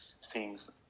seems